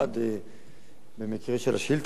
במקרה של השאילתא הזאת,